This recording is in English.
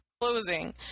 closing